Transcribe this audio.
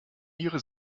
ihre